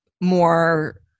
more